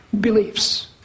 beliefs